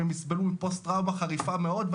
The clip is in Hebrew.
הם יסבלו מפוסט טראומה חריפה מאוד,